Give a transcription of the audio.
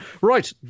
right